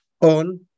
on